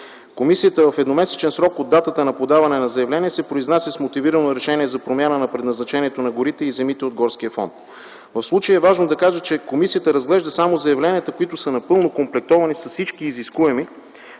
Комисията в едномесечен срок от датата на подаването на заявлението се произнася с мотивирано решение за промяна на предназначението на горите и земите от горския фонд. В случая е важно да кажа, че комисията разглежда само заявленията, които са напълно комплектовани с всички изискуеми